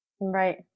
Right